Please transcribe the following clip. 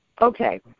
okay